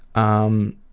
um,